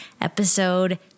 episode